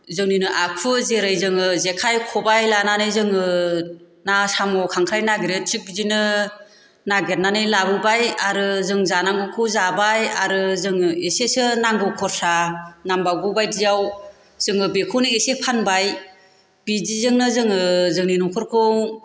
जोंनिनो आखु जेरै जोङो जेखाइ खबाय लानानै जोङो ना साम' खांख्राय नागिरो थिख बिदिनो नागिरनानै लाबोबाय आरो जों जानांगौखौ जाबाय आरो जोङो एसेसो नांगौ खरसा नांबावगौ बायदियाव जोङो बेखौनो एसे फानबाय बिदिजोंनो जोङो जोंनि नखरखौ